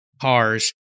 cars